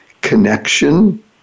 connection